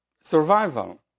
survival